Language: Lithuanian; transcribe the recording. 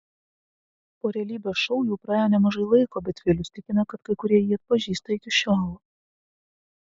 po realybės šou jau praėjo nemažai laiko bet vilius tikina kad kai kurie jį atpažįsta iki šiol